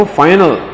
final